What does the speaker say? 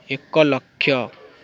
ଏକ ଲକ୍ଷ